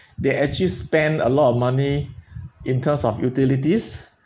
they actually spend a lot of money in terms of utilities